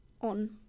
on